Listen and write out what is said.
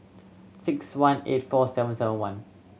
six one eight four seven seven one